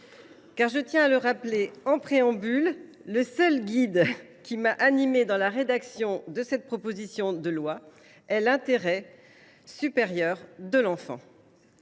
Je tiens à le rappeler en préambule, la seule boussole qui m’a guidée au cours de la rédaction de cette proposition de loi est l’intérêt supérieur de l’enfant.